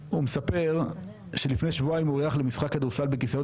הוא מספר שלפני שבועיים הוא הלך למשחק כדורסל בכיסאות